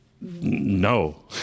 No